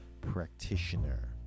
practitioner